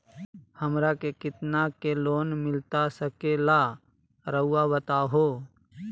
हमरा के कितना के लोन मिलता सके ला रायुआ बताहो?